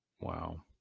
Wow